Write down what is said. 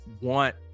want